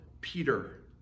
Peter